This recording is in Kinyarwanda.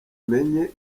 menye